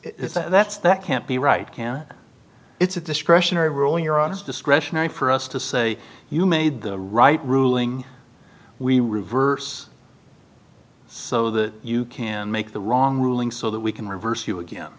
that's that can't be right can it's a discretionary rule you're honest discretionary for us to say you made the right ruling we reverse so that you can make the wrong ruling so that we can reverse you again